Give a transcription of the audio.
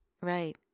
Right